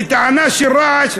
בטענה של רעש,